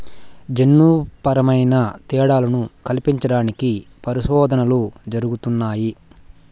జన్యుపరమైన తేడాలను కల్పించడానికి పరిశోధనలు జరుగుతున్నాయి